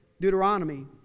Deuteronomy